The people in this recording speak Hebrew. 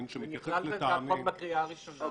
שמתייחס לטעמי --- זה נכלל בחוק בקריאה הראשונה.